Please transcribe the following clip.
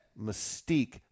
mystique